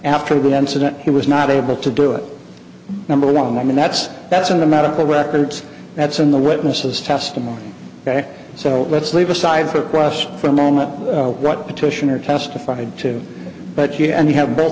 after the incident he was not able to do it number one i mean that's that's in the medical records that's in the witnesses testimony ok so let's leave aside for a crust for a moment right petitioner testified to but you and you have both